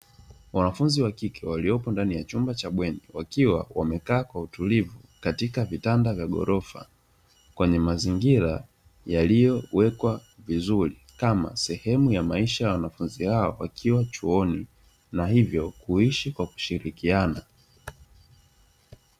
Wanafunzi wa kike, waliopo ndani ya chumba cha bweni, wakiwa wamekaa kwa utulivu katika vitanda vya ghorofa, kwenye mazingira yaliyowekwa vizuri kama sehemu ya maisha ya wanafunzi hao, wakiwa chuoni na hivyo kuishi kwa kushirikiana.